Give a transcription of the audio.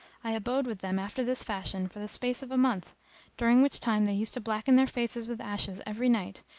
i abode with them after this fashion for the space of a month during which time they used to blacken their faces with ashes every night,